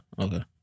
Okay